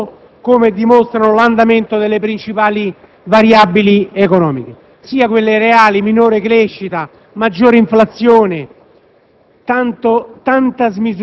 nella sua impostazione di fondo, come dimostra l'andamento delle principali variabili economiche, sia quelle reali (minore crescita, maggiore inflazione,